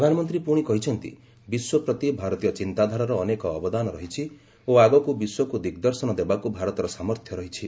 ପ୍ରଧାନମନ୍ତ୍ରୀ ପୁଣି କହିଛନ୍ତି ବିଶ୍ୱ ପ୍ରତି ଭାରତୀୟ ଚିନ୍ତାଧାରାର ଅନେକ ଅବଦାନ ରହିଛି ଓ ଆଗକୁ ବିଶ୍ୱକୁ ଦିଗ୍ଦର୍ଶନ ଦେବାକୁ ଭାରତର ସାମର୍ଥ୍ୟ ରହିଛି